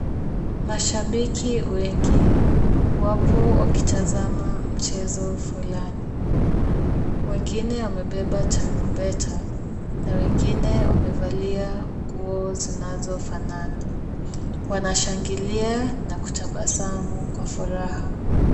Mashabiki wengi, wapo wakiazama mchezo fulani. Wengine wamebeba tarumbeta, na wengine wamevalia nguo zinazofanana. Wanashangilia na kutabasamu kwa furaha.